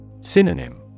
Synonym